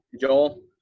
Joel